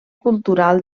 cultural